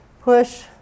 push